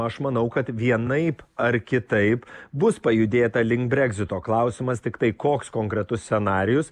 aš manau kad vienaip ar kitaip bus pajudėta link breksito klausimas tiktai koks konkretus scenarijus